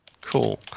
cool